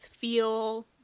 feel